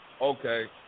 okay